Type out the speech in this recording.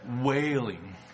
wailing